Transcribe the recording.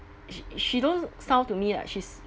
she she don't sound to me like she's